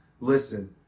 Listen